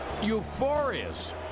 euphorious